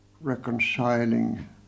reconciling